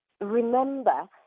remember